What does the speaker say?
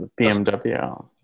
BMW